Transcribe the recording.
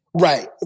Right